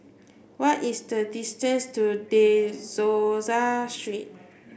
what is the distance to De Souza Street